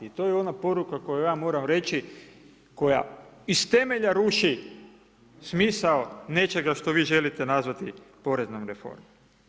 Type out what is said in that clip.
I to je ona poruka koju ja moram reći, koja iz temelja ruši smisao nečega što vi želite nazvati poreznom reformom.